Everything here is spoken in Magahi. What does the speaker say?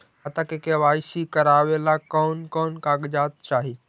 खाता के के.वाई.सी करावेला कौन कौन कागजात चाही?